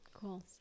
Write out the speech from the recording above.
Cool